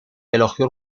elogió